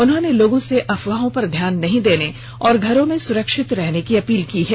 उन्होंने लोगों से अफवाहों पर ध्यान नहीं र्दने और घरों में सुरक्षित रहने की अपील की है